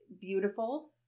beautiful